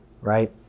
right